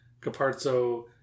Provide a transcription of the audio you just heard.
Caparzo